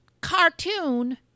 cartoon